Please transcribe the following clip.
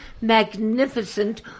magnificent